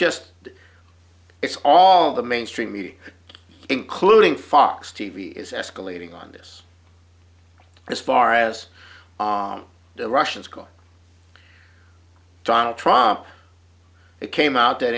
that it's all the mainstream media including fox t v is escalating on this as far as the russians go donald trump it came out that